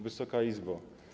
Wysoka Izbo!